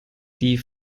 die